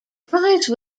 prize